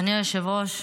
אדוני היושב-ראש,